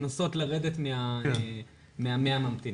לנסות לרדת מה-100 ממתינים.